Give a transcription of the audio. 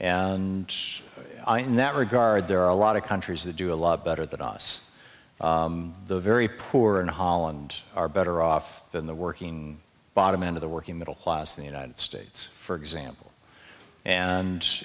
and in that regard there are a lot of countries that do a lot better than us the very poor in holland are better off than the working bottom end of the working middle class the united states for example and